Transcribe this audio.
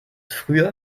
früher